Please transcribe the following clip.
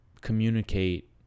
communicate